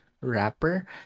rapper